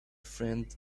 friend